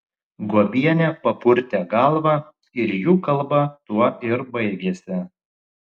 guobienė papurtė galvą ir jų kalba tuo ir baigėsi